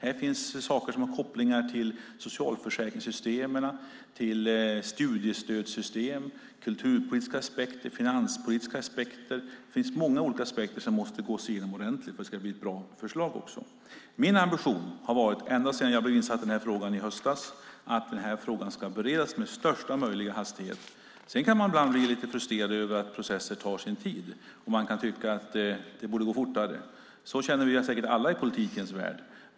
Det finns sådant som har kopplingar till socialförsäkringssystem och till studiestödssystem. Det finns kulturpolitiska aspekter och finanspolitiska aspekter. Det är många aspekter som måste gås igenom ordentligt för att det ska bli ett bra förslag. Ända sedan jag i höstas blev insatt i frågan har min ambition varit att frågan ska beredas med högsta möjliga hastighet. Man kan ibland bli lite frustrerad över att processer tar tid, och man kan tycka att det borde gå fortare. Så känner vi säkert alla i politiken.